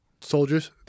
soldiers